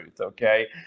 Okay